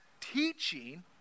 teaching